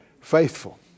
Faithful